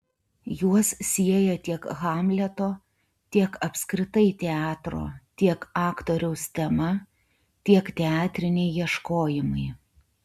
juos sieja tiek hamleto tiek apskritai teatro tiek aktoriaus tema tiek teatriniai ieškojimai